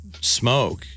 smoke